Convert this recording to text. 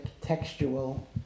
textual